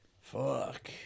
Fuck